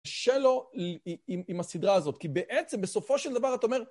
קשה לו עם הסדרה הזאת, כי בעצם בסופו של דבר אתה אומר...